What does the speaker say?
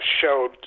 showed